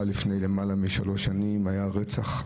לפני למעלה משלוש שנים היה רצח אכזרי,